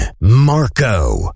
Marco